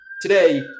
today